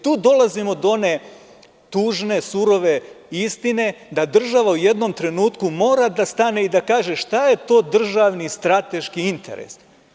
Tu dolazimo do one tužne, surove istine, da država u jednom trenutku mora da stane i da kaže šta je to državni strateški interes?